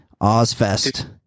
OzFest